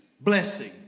blessing